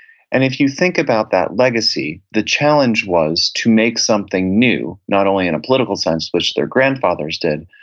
and if you think about that legacy, the challenge was to make something new, not only in a political sense, which their grandfathers did,